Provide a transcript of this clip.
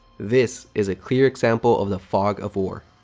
this is a clear example of the fog of war.